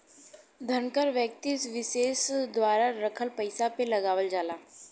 धन कर व्यक्ति विसेस द्वारा रखल पइसा पे लगावल जाला